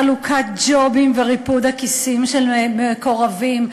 חלוקת ג'ובים וריפוד הכיסים של מקורבים.